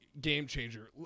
game-changer